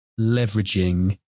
leveraging